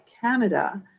Canada